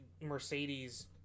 Mercedes